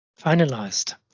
finalized